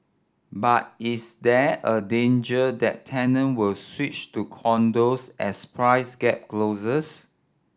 but is there a danger that tenant will switch to condos as price gap closes